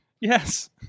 Yes